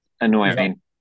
annoying